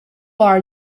are